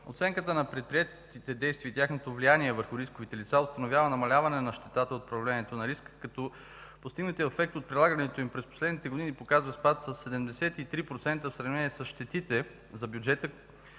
Оценката на предприетите действия и тяхното влияние върху рисковите лица установява намаляване на щетата от проявлението на риск, като постигнатият ефект от прилагането им през последните години показва спад със 73% в сравнение с щетите за бюджета,